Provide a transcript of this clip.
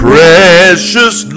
Precious